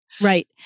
right